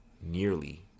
nearly